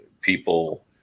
people